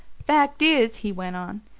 fact is, he went on,